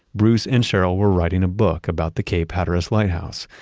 bruce and cheryl were writing a book about the cape hatteras lighthouse.